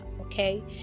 Okay